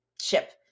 ship